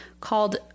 called